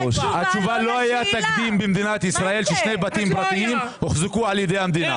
לא היה תקדים במדינת ישראל ששני בתים פרטיים הוחזקו על ידי המדינה.